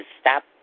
stop